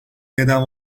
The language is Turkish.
neden